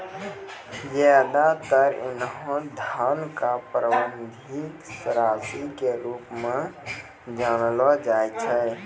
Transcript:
ज्यादातर ऐन्हों धन क प्रारंभिक राशि के रूप म जानलो जाय छै